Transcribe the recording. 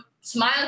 smile